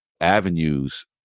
avenues